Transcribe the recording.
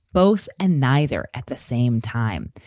both and neither. at the same time,